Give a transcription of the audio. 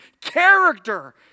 character